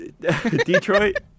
Detroit